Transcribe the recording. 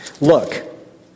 look